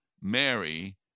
Mary